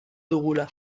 dugula